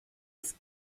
ist